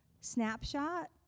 snapshot